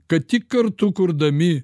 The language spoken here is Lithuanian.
kad tik kartu kurdami